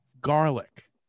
garlic